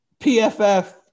PFF